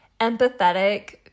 empathetic